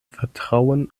vertrauen